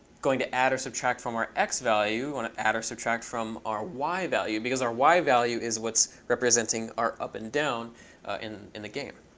going to add or subtract from our x value. we want to add or subtract from our y value. because our y value is what's representing our up and down in in the game.